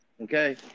Okay